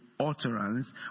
utterance